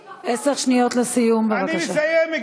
משפחות, עשר שניות לסיום, בבקשה.